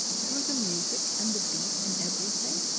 through the music, and the beat, and everything?